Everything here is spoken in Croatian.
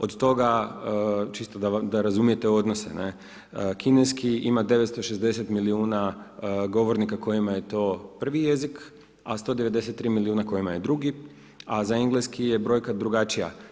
Od toga, čisto da razumijete odnose, kineski ima 960 milijuna govornika kojima je to prvi jezik a 193 milijuna kojima je drugi, a za engleski je brojka drugačija.